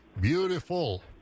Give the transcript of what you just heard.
beautiful